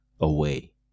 away